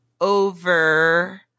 over